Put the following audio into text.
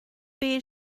beige